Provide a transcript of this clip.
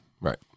Right